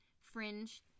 fringe